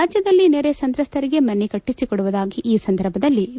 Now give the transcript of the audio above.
ರಾಜ್ಯದಲ್ಲಿ ನೆರೆ ಸಂತ್ರಸ್ತರಿಗೆ ಮನೆ ಕಟ್ಟಿಸಿಕೊಡುವುದಾಗಿ ಈ ಸಂದರ್ಭದಲ್ಲಿ ವಿ